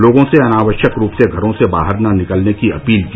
लोगों से अनावश्यक रूप से घरों से बाहर न निकलने की अपील की